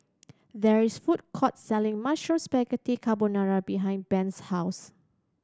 there is a food court selling Mushroom Spaghetti Carbonara behind Brent's house